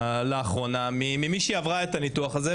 כלכליים.